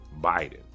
Biden